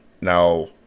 now